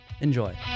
Enjoy